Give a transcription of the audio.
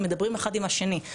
מדברים אחד עם השני.